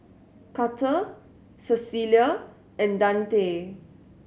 Karter Cecelia and Dante